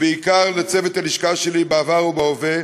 ובעיקר לצוות הלשכה שלי בעבר ובהווה,